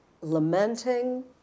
lamenting